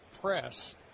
press